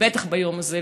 בטח ביום הזה,